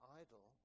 idle